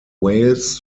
wales